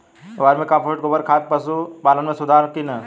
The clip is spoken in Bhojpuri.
वर्मी कंपोस्ट गोबर खाद खातिर पशु पालन में सुधार होला कि न?